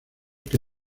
que